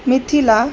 Mithila